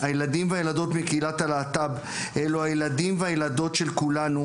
הילדים והילדות מקהילת הלהט"ב הם הילדים והילדות של כולנו,